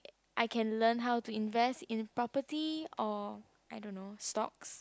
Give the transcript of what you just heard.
I can learn how to invest in property or I don't know stocks